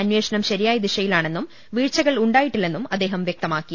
അന്വേഷണം ശരിയായ ദിശയിലാണെന്നും വീഴ്ചകൾ ഉണ്ടാ യിട്ടില്ലെന്നും അദ്ദേഹം വ്യക്തമാക്കി